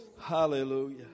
Hallelujah